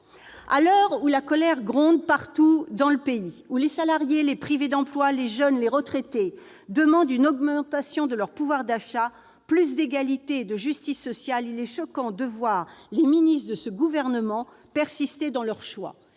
À l'heure où la colère gronde partout dans le pays, où les salariés, les privés d'emploi, les jeunes, les retraités demandent une augmentation de leur pouvoir d'achat et plus d'égalité et de justice sociale, il est choquant de voir les ministres de ce Gouvernement persister dans leurs choix.